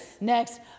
next